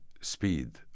speed